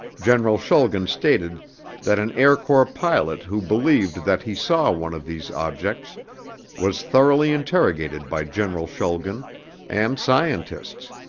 general schulgen stated that an air corps pilot who believed that he saw one of these objects was thoroughly interrogated by general schulgen and scientists,